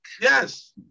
Yes